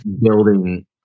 building